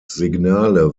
signale